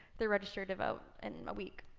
they're registered to vote in a week.